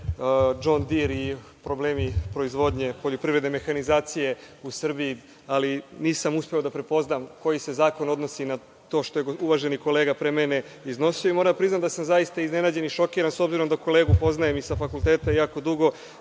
Džon Dir i problemi proizvodnje poljoprivredne mehanizacije u Srbiji. Ali, nisam uspeo da prepoznam koji se zakon odnosi na to što je uvaženi kolega pre mene iznosio. Moram da priznam da sam zaista iznenađen i šokiran, s obzirom da kolegu poznajem i sa fakulteta jako dugo,